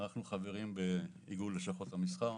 אנחנו חברים באיגוד לשכות המסחר.